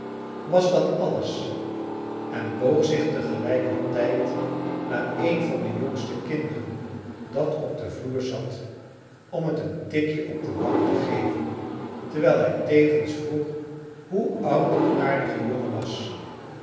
was dat alles en boog zich te gelijkertijd naar een van de jongste kinderen dat op den vloer zat om het een tikje op de wang te geven terwijl hij tevens vroeg hoe oud die aardige jongen was